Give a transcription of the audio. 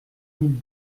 mille